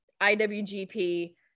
IWGP